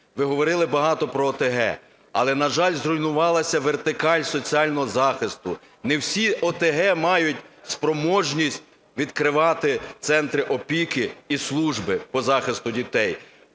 Ви говорили багато про ОТГ, але, на жаль, зруйнувалася вертикаль соціального захисту, не всі ОТГ мають спроможність відкривати центри опіки і служби по захисту дітей.